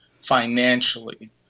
financially